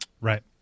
Right